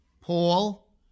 Paul